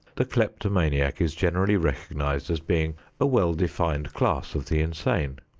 the kleptomaniac is generally recognized as being a well-defined class of the insane.